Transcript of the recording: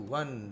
one